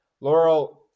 Laurel